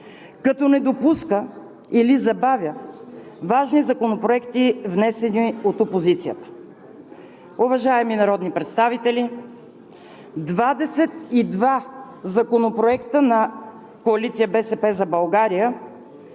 като не допуска или забавя важни законопроекти, внесени от опозицията. Уважаеми народни представители, двадесет и два законопроекта на Коалиция